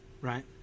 Right